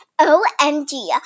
OMG